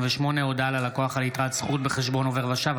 38) (הודעה ללקוח על יתרת זכות בחשבון עובר ושב),